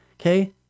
okay